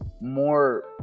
more